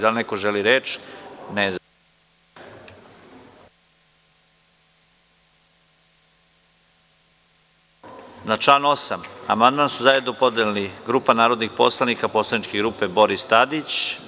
Da li neko želi reč? (Ne) Na član 8. amandman su zajedno podneli grupa narodnih poslanika poslaničke grupe Boris Tadić.